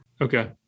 Okay